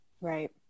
right